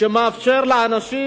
שמאפשר לאנשים,